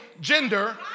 gender